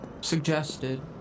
Suggested